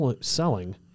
selling